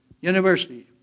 University